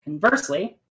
conversely